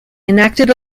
enacted